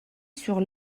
sur